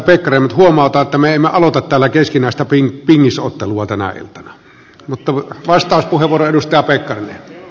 mutta huomautan että me emme aloita täällä keskinäistä pingisottelua tänä iltana mutta vasta kun voi ennustaa pekan